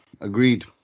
agreed